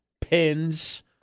pins